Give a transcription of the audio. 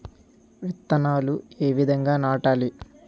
విత్తనాలు ఏ విధంగా నాటాలి?